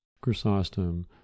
Chrysostom